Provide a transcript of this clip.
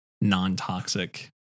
non-toxic